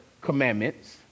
commandments